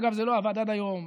אגב, זה לא עבד עד היום.